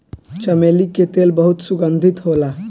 चमेली के तेल बहुत सुगंधित होला